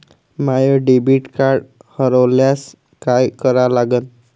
माय debit card हरोल्यास काय करा लागन?